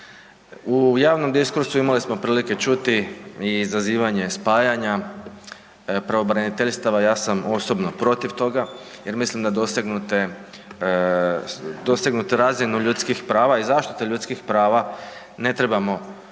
U javnom diskursu imali smo prilike čuti i izazivanje spajanja pravobraniteljstava, ja sam osobno protiv toga jer mislim da dosegnutu razinu ljudskih prava i zaštite ljudskih prava ne trebamo unižavati